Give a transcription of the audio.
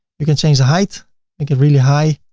you can change the height make it really high,